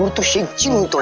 but sheikh genie!